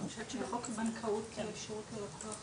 אני חושבת הבנקאות (שירות ללקוח),